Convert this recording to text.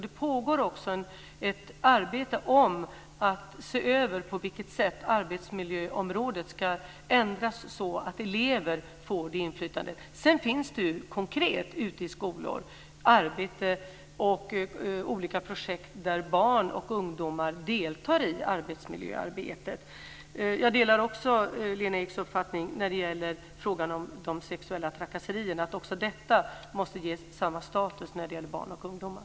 Det pågår också ett arbete för att se över på vilket sätt arbetsmiljöområdet ska ändras så att elever får det inflytandet. Sedan finns det konkret ute i skolor arbete och olika projekt där barn och ungdomar deltar i arbetsmiljöarbetet. Jag delar också Lena Eks uppfattning när det gäller frågan om de sexuella trakasserierna. Också detta måste ges samma status när det gäller barn och ungdomar.